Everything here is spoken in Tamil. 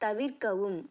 தவிர்க்கவும்